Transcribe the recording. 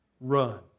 Run